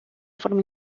forma